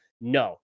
No